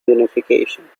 unification